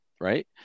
right